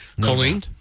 Colleen